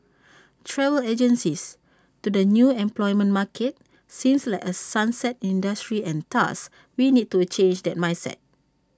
travel agencies to the new employment market seem like A 'sunset' industry and thus we need to change that mindset